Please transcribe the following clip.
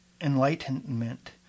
enlightenment